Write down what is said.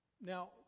Now